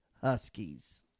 huskies